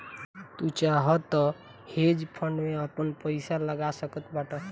तू चाहअ तअ हेज फंड में आपन पईसा लगा सकत बाटअ